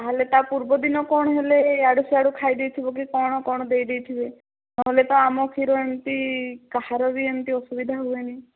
ତାହେଲେ ତା ପୂର୍ବଦିନ କଣ ହେଲେ ଇଆଡ଼ୁ ସିଆଡ଼ୁ ଖାଇ ଦେଇଥିବ କି କଣ କଣ ଦେଇ ଦେଇଥିବେ ନହେଲେ ତ ଆମ କ୍ଷୀର ଏମିତି କାହାର ବି ଏମିତି ଅସୁବିଧା ହୁଏନି